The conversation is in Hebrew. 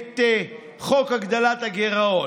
חוק הגדלת הגירעון,